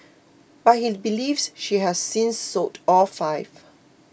but he believes she has since sold all five